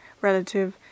relative